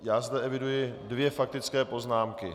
Já zde eviduji dvě faktické poznámky.